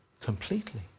Completely